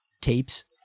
tapes